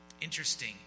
Interesting